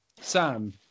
Sam